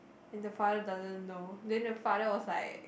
then the father doesn't know then the father was like